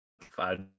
five